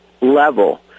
level